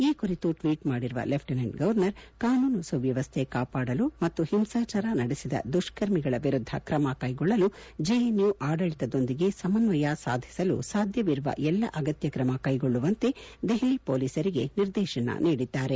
ಈ ಕುರಿತು ಟ್ನೀಟ್ ಮಾಡಿರುವ ಲೆಫ್ಲಿಸೆಂಟ್ ಗವರ್ನರ್ ಕಾನೂನು ಸುವ್ಲವಸ್ಸೆ ಕಾಪಾಡಲು ಮತ್ತು ಹಿಂಸಾಚಾರ ನಡೆಸಿದ ದುಷ್ಕರ್ಮಿಗಳ ವಿರುದ್ದ ಕ್ರಮ ಕೈಗೊಳ್ಳಲು ಜೆಎನ್ ಯು ಆಡಳತದೊಂದಿಗೆ ಸಮನ್ವಯ ಸಾಧಿಸಲು ಸಾಧ್ಯವಿರುವ ಎಲ್ಲ ಅಗತ್ಯ ಕ್ರಮಕ್ಕೆಗೊಳ್ಳುವಂತೆ ದೆಹಲಿ ಪೊಲೀಸರಿಗೆ ನಿರ್ದೇತನ ನೀಡಿದ್ದಾರೆ